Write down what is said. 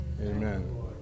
Amen